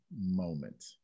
moment